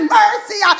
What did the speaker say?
mercy